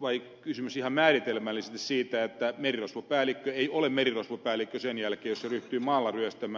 vai kysymys ihan määritelmällisesti siitä että merirosvopäällikkö ei ole merirosvopäällikkö sen jälkeen jos se ryhtyy maalla ryöstämään